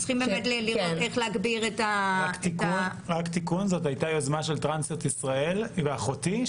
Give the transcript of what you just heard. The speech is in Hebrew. רק תיקון: זאת הייתה יוזמה של טרנסיות ישראל ואחותי,